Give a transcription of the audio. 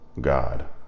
God